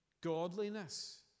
godliness